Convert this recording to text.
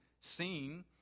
seen